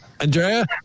Andrea